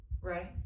Right